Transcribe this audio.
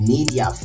Media